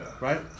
right